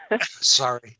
Sorry